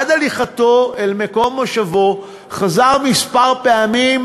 עד הליכתו אל מקום מושבו חזר כמה פעמים